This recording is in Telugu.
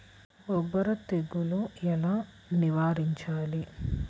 బొబ్బర తెగులు ఎలా నివారించాలి?